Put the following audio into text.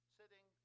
sitting